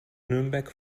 nürnberg